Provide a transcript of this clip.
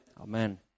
Amen